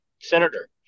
Senator